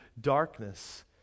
darkness